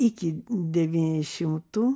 iki devyniasdešimtų